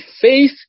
faith